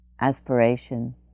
aspiration